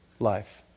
life